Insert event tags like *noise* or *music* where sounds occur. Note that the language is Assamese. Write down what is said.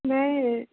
*unintelligible*